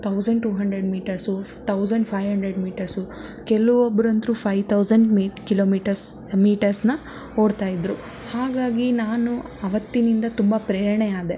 thousand two hundred metres thousand five hundred metres ಕೆಲವೊಬ್ರಂತ್ರು five thousand ಮಿ kilometres ಮೀಟರ್ಸ್ನ ಓಡ್ತಾಯಿದ್ರು ಹಾಗಾಗಿ ನಾನು ಆವತ್ತಿನಿಂದ ತುಂಬ ಪ್ರೇರಣೆ ಆದೆ